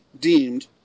deemed